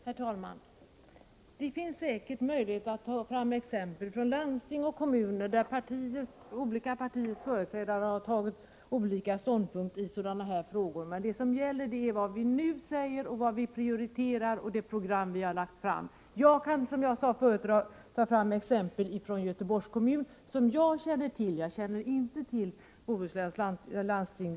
Herr talman! Det finns säkert möjlighet att ta fram exempel från landsting och kommuner där olika partiers företrädare har intagit olika ståndpunkter i sådana här frågor. Men vad som gäller är vad vi nu säger och vad vi prioriterar samt det program vi lagt fram. Jag kan, som jag sade tidigare i dag, ta fram exempel som jag känner till från Göteborgs kommun. Men jag känner inte som Karl-Erik Svartberg till förhållandena vid Bohus läns landsting.